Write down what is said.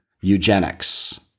eugenics